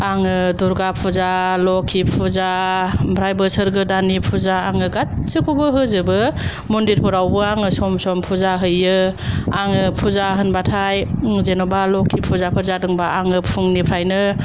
आङो दुर्गा फुजा लखि फुजा ओमफ्राय बोसोर गोदाननि फुजा आङो गासैखौबो होजोबो मन्दिरफोरावबो आङो सम सम फुजा हैयो आङो फुजा होनबाथाय जेनेबा लखि फुजाफोर जादोंबा आङो फुंनिफ्रायनो